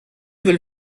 will